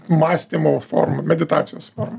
mąstymo forma meditacijos forma